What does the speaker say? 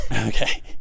Okay